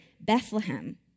Bethlehem